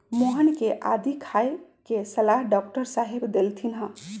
मोहन के आदी खाए के सलाह डॉक्टर साहेब देलथिन ह